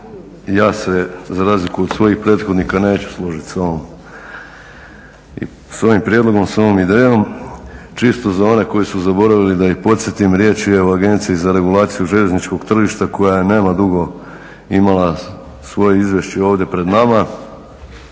ja se za razliku od svojih prethodnika neću složiti sa ovim prijedlogom, s ovom idejom. Čisto za one koji su zaboravili, da ih podsjetim, riječ je o Agenciji za regulaciju željezničkog tržišta koja je, nema dugo, imala svoje izvješće ovdje pred nama.